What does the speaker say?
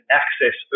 access